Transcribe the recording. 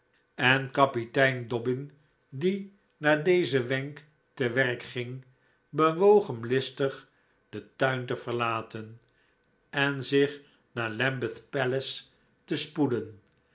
en kapitein dobbin die naar dezen wenk te werk ging bewoog hem listig den tuin te verlaten en zich naar lambeth palace te spoeden